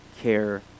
care